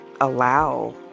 allow